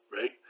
right